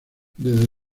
desde